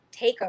takeover